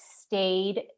stayed